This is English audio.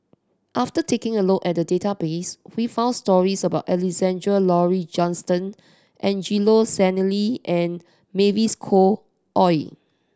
after taking a look at the database we found stories about Alexander Laurie Johnston Angelo Sanelli and Mavis Khoo Oei